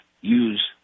use